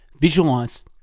Visualize